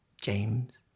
James